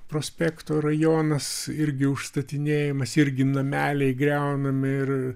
prospekto rajonas irgi užstatinėjamas irgi nameliai griaunami ir